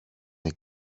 est